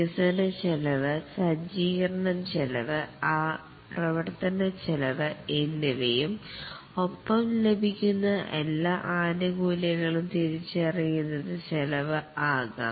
വികസന ചെലവ് സജ്ജീകരണം ചെലവ് പ്രവർത്തനച്ചെലവ് എന്നിവയും ഒപ്പം ലഭിക്കുന്ന എല്ലാ ആനുകൂല്യങ്ങളും തിരിച്ചറിയുന്നത് ചെലവ് ആകാം